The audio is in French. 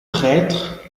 prêtre